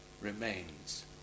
remains